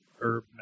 herb